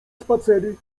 spacery